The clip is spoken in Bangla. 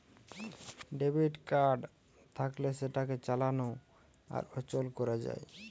ডেবিট কার্ড থাকলে সেটাকে চালানো আর অচল করা যায়